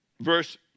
Verse